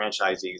franchisees